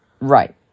Right